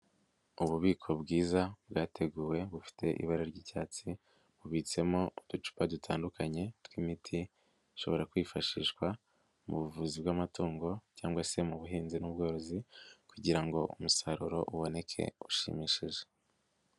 Ububiko bwiza bwateguwe bufite ibara ry'icyatsi bubitsemo uducupa dutandukanye tw'imiti ishobora kwifashishwa mu buvuzi bw'amatungo cyangwa se mu buhinzi n'ubworozi kugira ngo umusaruro uboneke ushimishije.